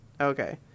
Okay